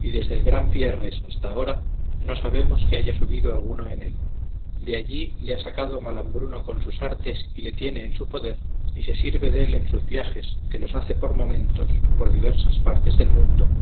y desde el gran pierres hasta ahora no sabemos que haya subido alguno en él de allí le ha sacado malambruno con sus artes y le tiene en su poder y se sirve dél en sus viajes que los hace por momentos por diversas partes del mundo